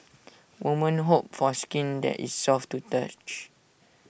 women hope for skin that is soft to touch